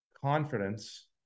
confidence